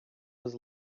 was